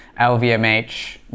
lvmh